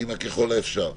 עם "ככל האפשר",